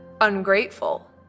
ungrateful